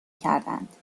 کردند